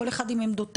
כל אחד עם עמדותיו,